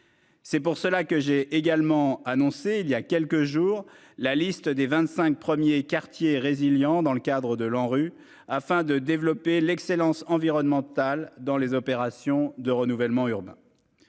C'est pour cela que j'ai également annoncé il y a quelques jours la liste des 25 premiers quartiers résiliant dans le cadre de l'ANRU afin de développer l'excellence environnementale dans les opérations de renouvellement urbain.